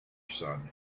son